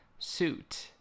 Suit